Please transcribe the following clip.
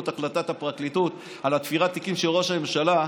את החלטת הפרקליטות על תפירת התיקים של ראש הממשלה,